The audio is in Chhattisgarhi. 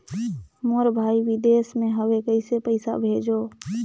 मोर भाई विदेश मे हवे कइसे पईसा भेजो?